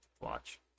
watch